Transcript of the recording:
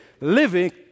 living